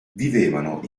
vivevano